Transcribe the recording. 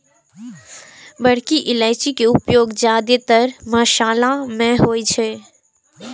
बड़की इलायची के उपयोग जादेतर मशाला मे होइ छै